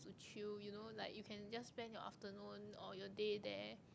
to chill you know like you can just spend your afternoon or your day there